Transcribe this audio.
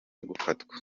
gufatwa